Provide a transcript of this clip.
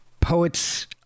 poets